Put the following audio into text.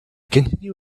continue